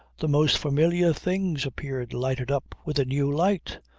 the most familiar things appeared lighted up with a new light,